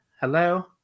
hello